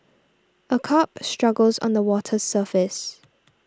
a carp struggles on the water's surface